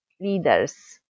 leaders